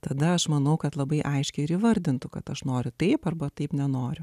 tada aš manau kad labai aiškiai ir įvardintų kad aš noriu taip arba taip nenoriu